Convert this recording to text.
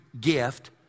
gift